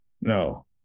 No